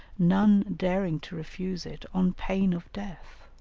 none daring to refuse it on pain of death